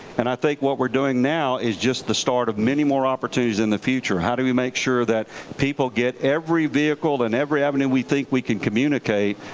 and i think what we're doing now is just the start of many more opportunities in the future. how do we make sure that people get every vehicle and every avenue we think we can communicate,